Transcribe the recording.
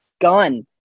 gun